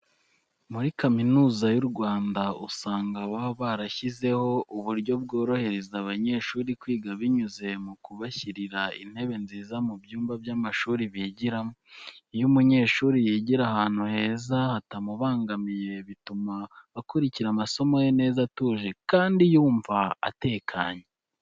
Muri Kaminuza y'u Rwanda usanga baba barashyizeho uburyo bworohereza abanyeshuri kwiga binyuze mu kubashyirira intebe nziza mu byumba by'amashuri bigiramo. Iyo umunyeshuri yigira ahantu heza hatamubangamiye bituma akurikira amasomo ye neza atuje kandi yumva atekanye.